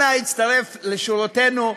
אנא הצטרף לשורותינו,